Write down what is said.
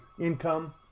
income